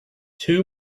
two